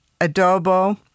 adobo